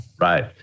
Right